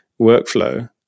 Workflow